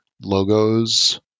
logos